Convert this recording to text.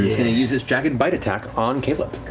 to use its jagged bite attack on caleb,